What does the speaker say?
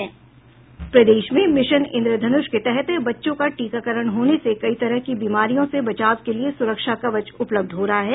प्रदेश में मिशन इंद्रधनुष के तहत बच्चों का टीकाकरण होने से कई तरह की बीमारियों से बचाव के लिए सुरक्षा कवच उपलब्ध हो रहा है